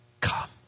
come